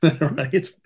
right